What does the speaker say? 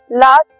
last